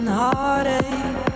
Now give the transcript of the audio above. heartache